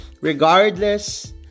Regardless